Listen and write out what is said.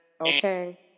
Okay